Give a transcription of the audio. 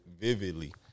vividly